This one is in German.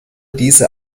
diese